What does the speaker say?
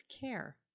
care